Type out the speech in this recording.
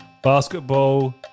Basketball